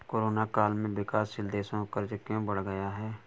Corona काल में विकासशील देशों का कर्ज क्यों बढ़ गया है?